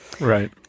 right